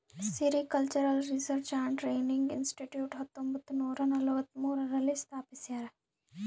sericultural research and training institute ಹತ್ತೊಂಬತ್ತುನೂರ ನಲವತ್ಮೂರು ರಲ್ಲಿ ಸ್ಥಾಪಿಸ್ಯಾರ